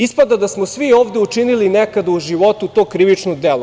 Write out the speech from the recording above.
Ispada da smo svi ovde učinili nekada u životu to krivično delo.